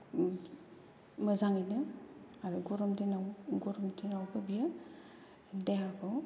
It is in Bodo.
मोजांयैनो आरो गरम दिनाव गरम दिनावबो बियो देहाखौ